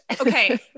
Okay